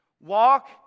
walk